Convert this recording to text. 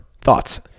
thoughts